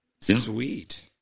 Sweet